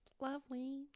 lovely